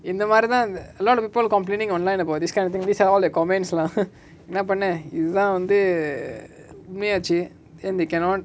இந்தமாரிதா இந்த:inthamarithaa intha a lot of people complaining online about this kind of thing these are all the comments lah என்னா பன்ன இதுதா வந்து:ennaa panna ithutha vanthu err உண்மயாச்சே:unmayache then they cannot